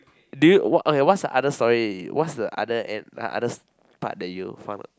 do you what okay what's the other story what's the other end others part that you found out